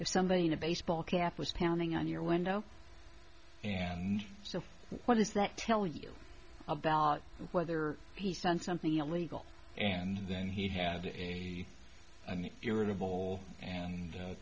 if somebody in a baseball cap was pounding on your window and so what does that tell you about whether he sent something illegal and then he had a an irritable and